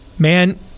Man